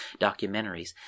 documentaries